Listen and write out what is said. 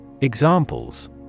Examples